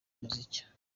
muzika